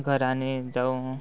घरांनी जावं